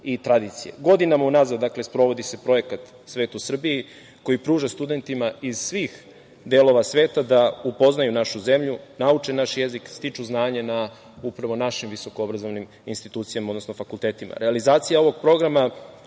i tradicije. Godinama unazad, dakle, sprovodi se projekat „Svet u Srbiji“, koji pruža studentima iz svih delova sveta da upoznaju našu zemlju, nauče naš jezik, stiču znanje na upravo našim visokoobrazovnim institucijama, odnosno fakultetima. Realizacija ovog programa